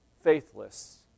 faithless